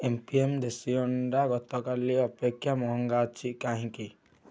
M P M ଦେଶୀ ଅଣ୍ଡା ଗତକାଲି ଅପେକ୍ଷା ମହଙ୍ଗା ଅଛି କାହିଁକି